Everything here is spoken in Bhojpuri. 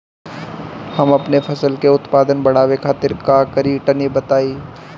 हम अपने फसल के उत्पादन बड़ावे खातिर का करी टनी बताई?